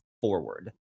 forward